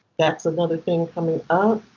that is another thing coming up.